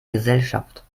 gesellschaft